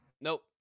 Nope